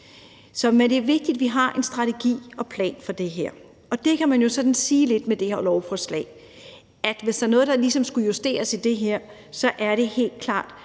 Det er vigtigt, at vi har en strategi og en plan for det her. Og med det her lovforslag kan man jo sådan lidt sige, at hvis der er noget, der ligesom skulle justeres i det her, er det helt klart